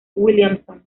williamson